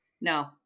No